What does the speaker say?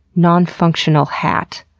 non-functional hat,